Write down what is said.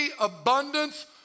abundance